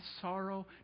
sorrow